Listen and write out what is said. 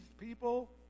people